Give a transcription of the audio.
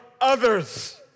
others